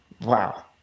Wow